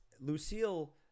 Lucille –